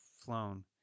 flown